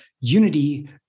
unity